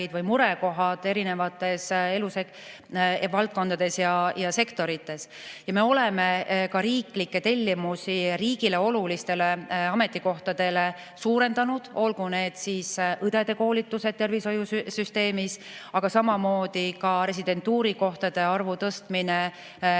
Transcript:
või murekohad eri eluvaldkondades ja sektorites. Me oleme ka riiklikke tellimusi riigile olulistele ametikohtadele suurendanud, näiteks õdede koolitused tervishoiusüsteemis, aga samamoodi residentuurikohtade arvu tõstmine arstiõppes.